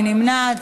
מי נמנע?